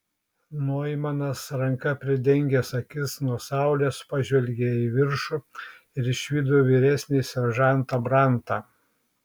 noimanas ranka pridengęs akis nuo saulės pažvelgė į viršų ir išvydo vyresnįjį seržantą brantą